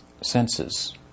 senses